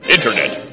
Internet